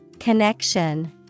CONNECTION